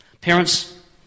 Parents